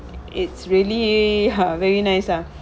it's really ha very nice ah